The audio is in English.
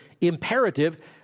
Imperative